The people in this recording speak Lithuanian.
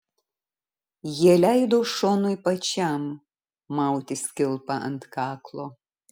jie leido šonui pačiam mautis kilpą ant kaklo